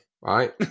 Right